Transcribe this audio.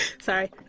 Sorry